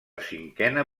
cinquena